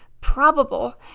probable